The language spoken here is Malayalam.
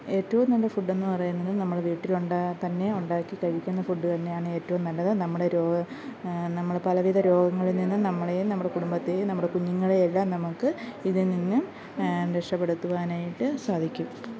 ഏറ്റവും നല്ല ഫുഡ്ഡെന്ന് പറയുന്നത് നമ്മൾ വീട്ടിൽ തന്നെ ഉണ്ടാക്കി കഴിക്കുന്ന ഫുഡ്ഡ് തന്നെയാണ് ഏറ്റവും നല്ലത് നമ്മുടെ രോഗം നമ്മൾ പലവിധ രോഗങ്ങളിൽ നിന്ന് നമ്മളെയും നമ്മുടെ കുടുംബത്തേയും നമ്മുടെ കുഞ്ഞുങ്ങളെയെല്ലാം നമുക്ക് ഇതില്നിന്ന് രക്ഷപ്പെടുത്തുവാനായിട്ട് സാധിക്കും